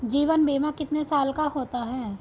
जीवन बीमा कितने साल का होता है?